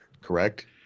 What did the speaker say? correct